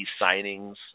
signings